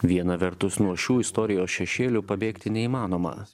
viena vertus nuo šių istorijos šešėlių pabėgti neįmanoma